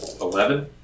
eleven